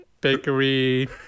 bakery